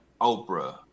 Oprah